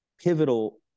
pivotal